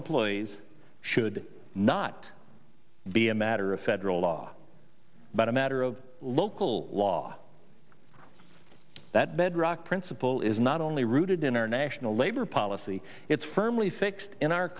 employees should not be a matter of federal law but a matter of local law that bedrock principle is not only rooted in our national labor policy it's firmly fixed in our